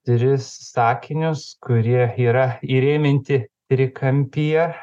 tris sakinius kurie yra įrėminti trikampyje